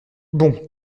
bon